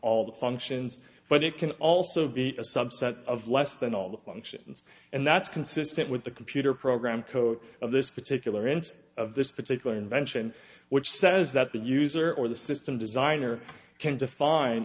all the functions but it can also be a subset of less than all the functions and that's consistent with the computer program code of this particular instance of this particular invention which says that the user or the system designer can define